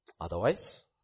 Otherwise